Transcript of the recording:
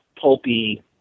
pulpy